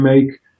make